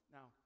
Now